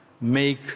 make